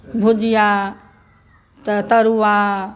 भुजिया तऽ तरुआ